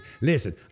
listen